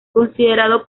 considerado